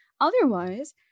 Otherwise